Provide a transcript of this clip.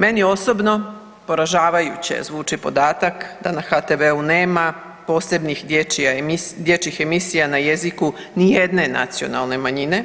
Meni osobno poražavajuće zvuči podatak da na HTV-u nema posebnih dječjih emisija na jeziku nijedne nacionalne manjene,